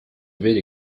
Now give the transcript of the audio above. ville